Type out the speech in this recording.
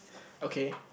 okay